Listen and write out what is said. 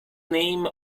name